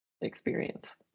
experience